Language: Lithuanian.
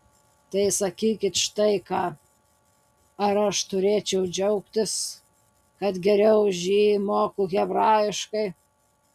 tai sakykit štai ką ar aš turėčiau džiaugtis kad geriau už jį moku hebrajiškai